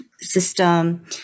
system